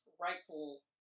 rightful